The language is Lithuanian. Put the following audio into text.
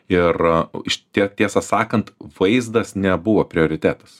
ir už tiek tiesą sakant vaizdas nebuvo prioritetas